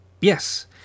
Yes